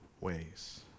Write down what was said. ways